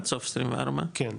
עד סוף 24. כן.